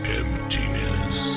emptiness